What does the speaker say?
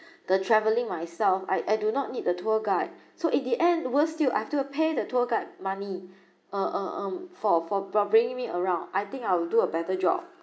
the travelling myself I I do not need the tour guide so in the end worst still I've to pay the tour guide money uh uh um for for for bringing me around I think I will do a better job